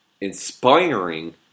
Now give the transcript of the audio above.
inspiring